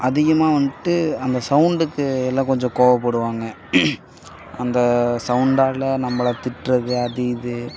அதிகமாக வந்துட்டு அந்த சவுண்டுக்கு எல்லாம் கொஞ்சம் கோபப்படுவாங்க அந்த சவுண்டால் நம்மள திட்டுறது அது இது